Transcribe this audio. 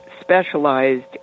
specialized